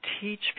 teach